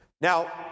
Now